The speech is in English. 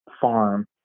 farm